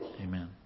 Amen